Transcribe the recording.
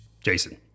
Jason